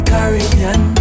Caribbean